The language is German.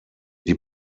die